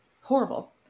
Horrible